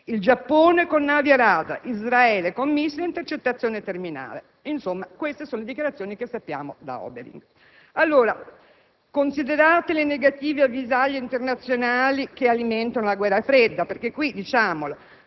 il Giappone con navi e radar, Israele con missili a intercettazione terminale. Insomma, queste le dichiarazioni di Obering. Allora, considerate le negative avvisaglie internazionali che alimentano la guerra fredda (diciamolo,